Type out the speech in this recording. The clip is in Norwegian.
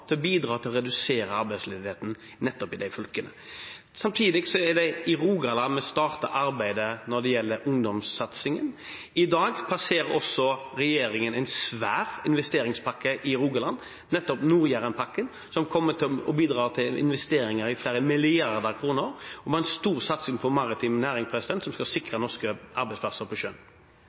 til å bidra til å redusere arbeidsledigheten nettopp der. Samtidig er det i Rogaland vi starter arbeidet når det gjelder ungdomssatsingen. I dag plasserer også regjeringen en svær investeringspakke i Rogaland, Nord-Jærenpakken, som kommer til å bidra til investeringer på flere milliarder kroner, og vi har en stor satsing på maritim næring, som skal sikre norske arbeidsplasser på